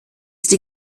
liegt